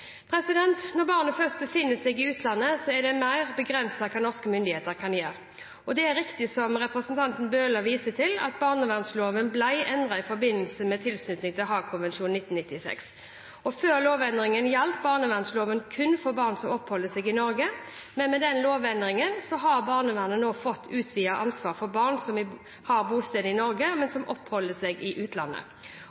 Når barnet først befinner seg i utlandet, er det mer begrenset hva norske myndigheter kan gjøre. Det er riktig som representanten Bøhler viser til, at barnevernsloven ble endret i forbindelse med tilslutning til Haagkonvensjonen i 1996. Før lovendringen gjaldt barnevernsloven kun for barn som oppholder seg i Norge. Men med lovendringen har barnevernet nå fått et utvidet ansvar for barn som har bosted i Norge, men